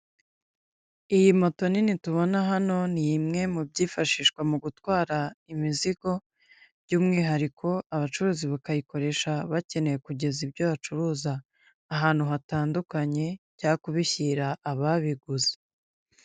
Iyi moto nini tubona hano ni imwe mu byifashishwa mu gutwara imizigo by'umwihariko abacuruzi bakayikoresha bakeneye kugeza ibyo bacuruza ahantu hatandukanyejya kubishyira ababiguze.